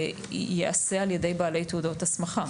ייעשה על ידי בעלי תעודות הסמכה.